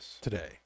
today